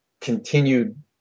continued